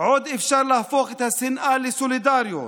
עוד אפשר להפוך את השנאה לסולידריות